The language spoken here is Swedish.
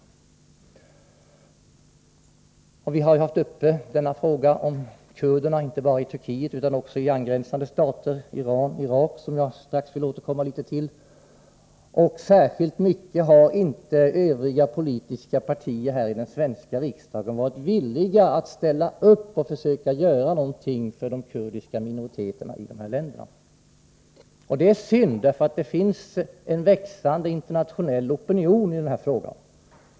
Vi har tidigare haft frågan om kurder uppe, inte bara rörande dem som finns i Turkiet utan också i angränsande stater som Iran och Irak — som jag strax vill återkomma till — och särskilt villiga att ställa upp för att försöka göra något för de kurdiska minoriteterna i dessa länder har övriga politiska partier i den svenska riksdagen inte varit. Det är synd, för det finns en växande internationell opinion i den frågan.